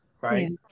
right